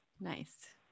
Nice